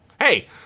Hey